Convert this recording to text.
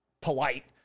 polite